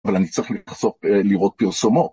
אבל אני צריך להתנסות בלראות פרסומות.